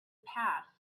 passed